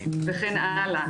וכן הלאה,